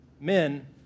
Men